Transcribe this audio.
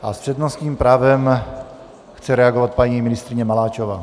A s přednostním právem chce reagovat paní ministryně Maláčová.